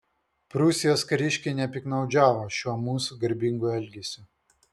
prūsijos kariškiai nepiktnaudžiavo šiuo mūsų garbingu elgesiu